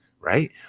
Right